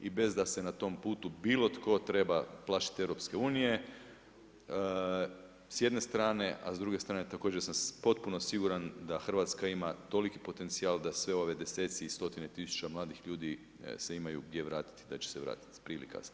I bez da se na tom putu, bilo tko treba plašiti EU, s jedne strane, a s druge strane, također sam potpuno siguran, da Hrvatska ima toliki potencijal, da sve ovi deseci i stotine tisuća mladih ljudi se imaju gdje vratiti i da će se vratiti prije ili kasnije.